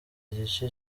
igice